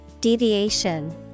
Deviation